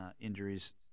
injuries